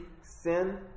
sin